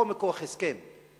או מכוח הסכם.